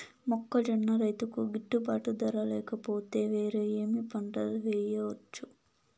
మొక్కజొన్న రైతుకు గిట్టుబాటు ధర లేక పోతే, వేరే ఏమి పంట వెయ్యొచ్చు?